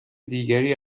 دیگری